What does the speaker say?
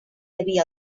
havia